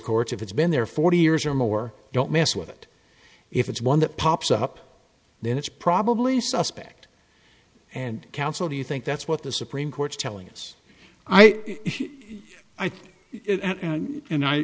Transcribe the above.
courts if it's been there forty years or more don't mess with it if it's one that pops up then it's probably suspect and counsel do you think that's what the supreme court's telling us i think and i